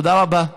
תודה רבה.